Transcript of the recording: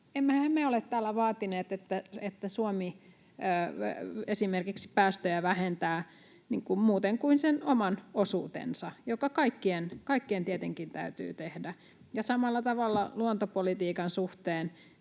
Emmehän me ole täällä vaatineet, että Suomi esimerkiksi päästöjä vähentää muuten kuin sen oman osuutensa, mikä kaikkien tietenkin täytyy tehdä. Ja samalla tavalla luontopolitiikan suhteen